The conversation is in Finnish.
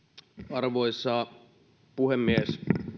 arvoisa puhemies